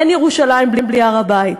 אין ירושלים בלי הר-הבית.